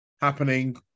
happening